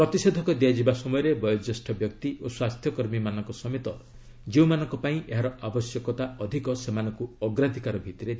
ପ୍ରତିଷେଧକ ଦିଆଯିବା ସମୟରେ ବୟୋଜ୍ୟେଷ୍ଠ ବ୍ୟକ୍ତି ଓ ସ୍ୱାସ୍ଥ୍ୟକର୍ମୀମାନଙ୍କ ସମେତ ଯେଉଁମାନଙ୍କ ପାଇଁ ଏହାର ଆବଶ୍ୟକତା ଅଧିକ ସେମାନଙ୍କୁ ଅଗ୍ରାଧକାର ଭିଭିରେ ଦିଆଯିବ